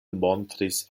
montris